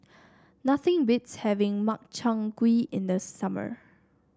nothing beats having Makchang Gui in the summer